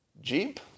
Jeep